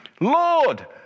Lord